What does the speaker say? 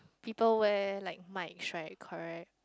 people wear like mics right correct